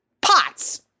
Pots